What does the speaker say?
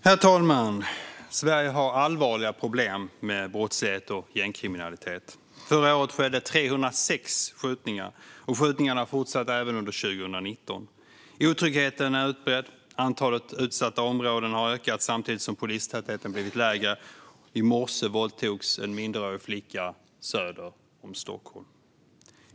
Herr talman! Sverige har allvarliga problem med brottslighet och gängkriminalitet. Förra året skedde 306 skjutningar. Skjutningarna har fortsatt även under 2019. Otryggheten är utbredd. Antalet utsatta områden har ökat samtidigt som polistätheten har minskat. I morse våldtogs en minderårig flicka söder om Stockholm.